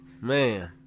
Man